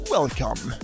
Welcome